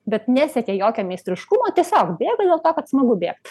bet nesiekia jokio meistriškumo tiesiog bėga dėl to kad smagu bėgt